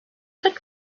had